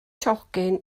tocyn